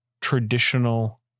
traditional